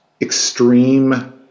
extreme